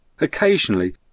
Occasionally